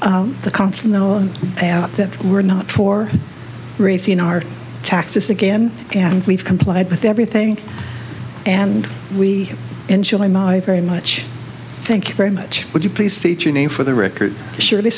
hall that were not for raising our taxes again and we've complied with everything and we i enjoy my very much thank you very much would you please teach a name for the record surely